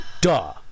duh